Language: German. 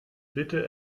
bitte